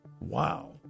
Wow